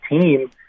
team